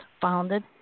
founded